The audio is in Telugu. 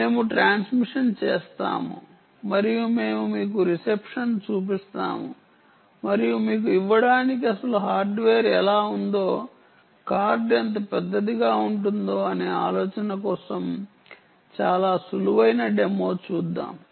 మేము ట్రాన్స్మిషన్ చేస్తాము మరియు మేము మీకు రిసెప్షన్ చూపిస్తాము మరియు మీకు ఇవ్వడానికి అసలు హార్డ్వేర్ ఎలా ఉందో కార్డ్ ఎంత పెద్దదిగా ఉంటుందో అనే ఆలోచన కోసం చాలా సులభమైన డెమో చూద్దాం